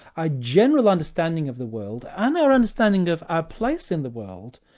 a general understanding of the world, and our understanding of our place in the world,